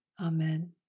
amen